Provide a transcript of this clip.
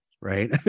right